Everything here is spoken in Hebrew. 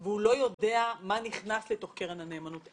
הוא לא יודע מה נכנס לתוך קרן הנאמנות.